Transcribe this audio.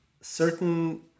certain